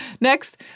Next